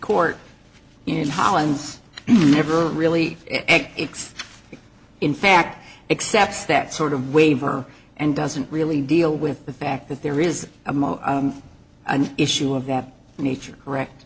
court in holland's never really x in fact excepts that sort of waiver and doesn't really deal with the fact that there is a mother and issue of that nature correct